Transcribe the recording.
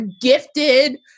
gifted